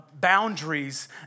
boundaries